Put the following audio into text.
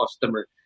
customer